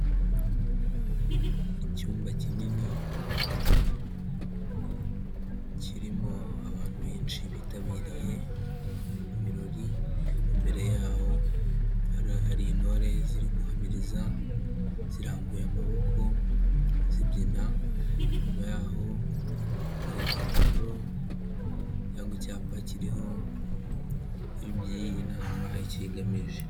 Icyumba kinini kirimo abantu benshi bitabiriye ibirori, imbere yaho hari intore ziri guhamiriza zirambuye amaboko zibyina, inyuma yaho hari igipapuro byo ku icyapa kiriho iby'iyi nama icyo igamije.